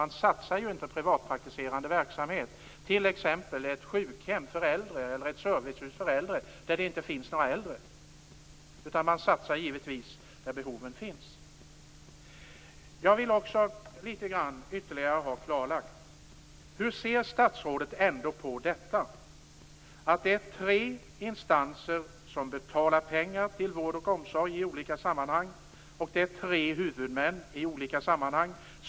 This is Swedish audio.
Man satsar inte på privatpraktiserande verksamhet, t.ex. ett sjukhem eller servicehus för äldre, där det inte finns några äldre. Man satsar givetvis där behoven finns. Jag vill ha ytterligare klarlagt hur statsrådet ser på att det är tre instanser som betalar ut pengar till vård och omsorg i olika sammanhang och att det finns tre huvudmän.